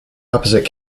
opposite